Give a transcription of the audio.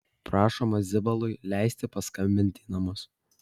prašoma zibalui leisti paskambinti į namus